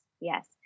Yes